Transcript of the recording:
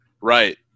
right